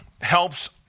helps